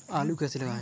आलू कैसे लगाएँ?